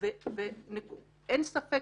אין ספק